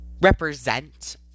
represent